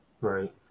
Right